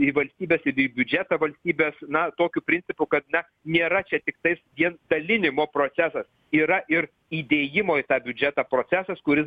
ir į valstybės ir į biudžetą valstybės na tokiu principu kad na nėra čia tiktais vien dalinimo procesas yra ir įdėjimo į tą biudžetą procesas kuris